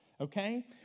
okay